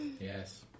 Yes